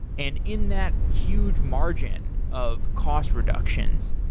and in that huge margin of cost reductions,